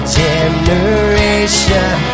generation